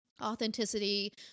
authenticity